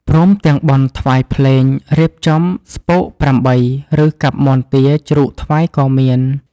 ព្រមទាំងបន់ថ្វាយភ្លេង រៀបចំស្ពកប្រាំបី ឫកាប់មាន់ទា ជ្រូកថ្វាយក៏មាន។